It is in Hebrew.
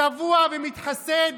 צבוע ומתחסד,